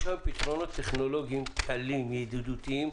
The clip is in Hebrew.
יש היום פתרונות טכנולוגיים קלים, ידידותיים,